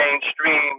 mainstream